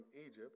Egypt